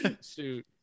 suit